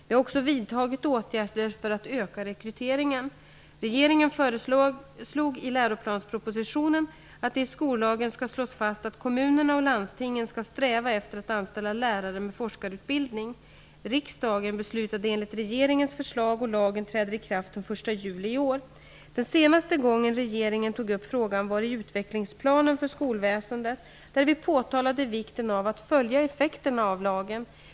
Vi har också vidtagit åtgärder för att öka rekryteringen. Regeringen föreslog i läroplanspropositionen att det i skollagen skall slås fast att kommunerna och landstingen skall sträva efter att anställa lärare med forskarutbildning. Riksdagen beslutade enligt regeringens förslag, och lagen träder i kraft den 1 juli i år. Den senaste gången regeringen tog upp frågan var i utvecklingsplanen för skolväsendet, där vi påtalade vikten av att följa effekterna av lagen.